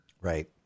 Right